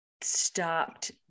stopped